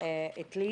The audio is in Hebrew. את לי